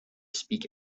speak